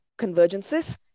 convergences